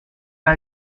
pas